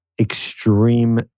extreme